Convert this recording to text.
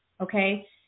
okay